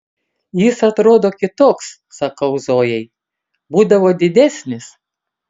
jis atrodo kitoks sakau zojai būdavo didesnis